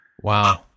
Wow